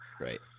Right